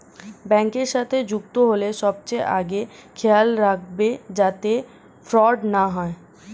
ব্যাংকের সাথে যুক্ত হল সবচেয়ে আগে খেয়াল রাখবে যাতে ফ্রড না হয়